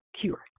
cure